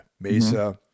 Mesa